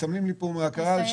מסמנים לי כאן לחדול.